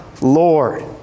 Lord